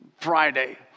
Friday